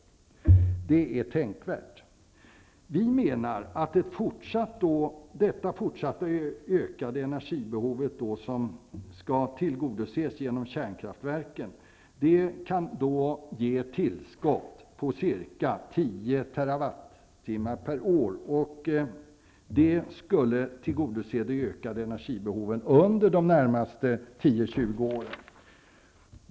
Det är tänkvärt. Vi menar att det fortsatta ökade energibehovet skall tillgodoses genom kärnkraftverken, vilket kan ge ett tillskott på ca 10 TWh per år. Det skulle tillgodose de ökade energibehoven under de närmaste 10--20 åren.